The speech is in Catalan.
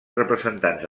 representats